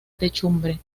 techumbre